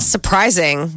Surprising